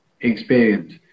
experience